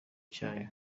cyayo